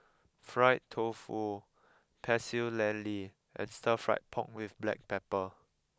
Fried Tofu Pecel Lele and Stir Fried Pork with Black Pepper